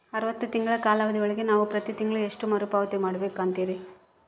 ಅರವತ್ತು ತಿಂಗಳ ಕಾಲಾವಧಿ ಒಳಗ ನಾವು ಪ್ರತಿ ತಿಂಗಳು ಎಷ್ಟು ಮರುಪಾವತಿ ಮಾಡಬೇಕು ಅಂತೇರಿ?